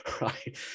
right